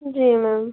जी ma'am